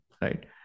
right